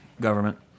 government